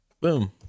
Boom